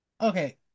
okay